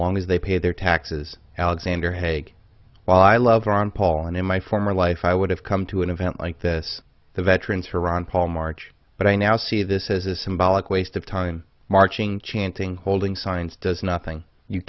long as they pay their taxes alexander haig while i love ron paul and in my former life i would have come to an event like this the veterans for ron paul march but i now see this as a symbolic waste of time marching chanting holding signs does nothing you